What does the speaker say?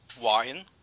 wine